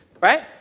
Right